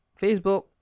Facebook